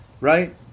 right